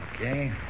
Okay